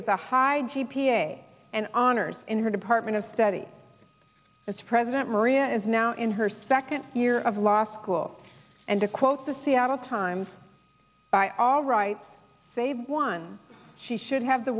with a high g p a and honors in her department of study as president maria is now in her second year of law school and to quote the seattle times by all rights one she should have the